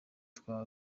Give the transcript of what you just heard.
twa